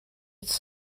its